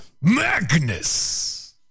Magnus